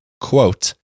quote